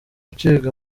gucibwa